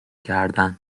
کردن